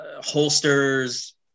holsters